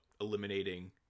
eliminating